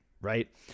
right